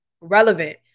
Relevant